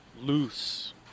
loose